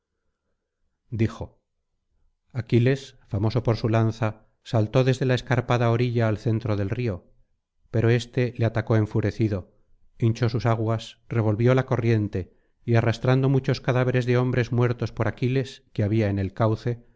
dijo aquiles famoso por su lanza saltó desde la escarpada orilla al centro del río pero éste le atacó enfurecido hinchó sus aguas revolvió la corriente y arrastrando muchos cadáveres de hombres muertos por aquiles que había en el cauce